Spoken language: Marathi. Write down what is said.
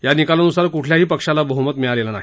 या निकालानुसार कुठल्याही पक्षाला बह्मत मिळालेलं नाही